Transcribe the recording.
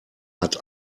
hat